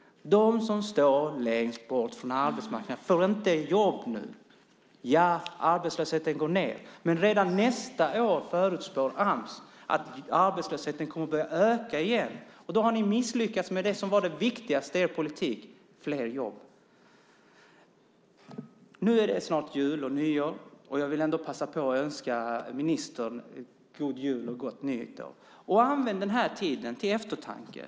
De som står längst bort från arbetsmarknaden får inte jobb nu. Arbetslösheten går ned, men redan nästa år förutspår Ams att arbetslösheten kommer att börja öka igen. Då har ni misslyckats med det som var det viktigaste i er politik, fler jobb. Nu är det snart jul och nyår. Jag vill ändå passa på att önska ministern god jul och gott nytt år. Använd den här tiden till eftertanke!